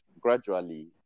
gradually